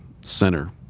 center